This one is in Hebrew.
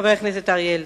חבר הכנסת אריה אלדד.